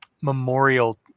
memorial